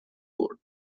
برد